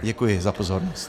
Děkuji za pozornost.